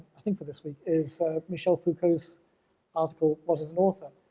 i think for this week, is michel foucault's article what is an author,